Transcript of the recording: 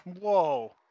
Whoa